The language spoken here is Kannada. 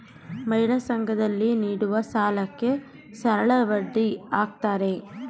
ಮಹಿಳಾ ಸಂಘ ದಲ್ಲಿ ನೀಡುವ ಸಾಲಕ್ಕೆ ಸರಳಬಡ್ಡಿ ಹಾಕ್ತಾರೆ